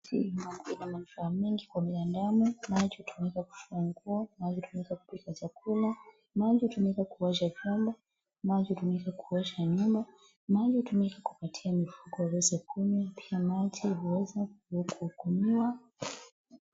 Maji ina manufaa mengi kwa binadamu. Maji hutumika kufua nguo. Maji hutumika kupika chakula. Maji hutumika kuosha vyombo. Maji hutumika kuosha nyumba. Maji hutumika kupatia mifugo iweze kunywa. Pia maji huweza kuwekwa kukunyiwa.